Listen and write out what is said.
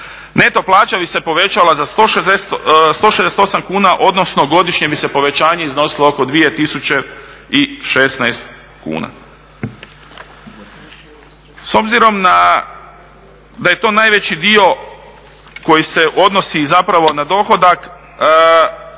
neto plaća bi se povećala za 168 kuna odnosno godišnje povećanje bi iznosilo oko 2 tisuće i 16 kuna. S obzirom da je to najveći dio koji se odnosi na dohodak